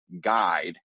guide